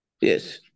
Yes